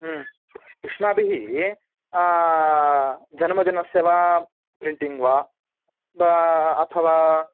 ह्म् युष्माभिः जन्मदिनस्य वा प्रिण्टिङ्ग् वा वा अथवा